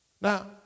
Now